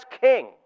king